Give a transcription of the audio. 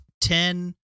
ten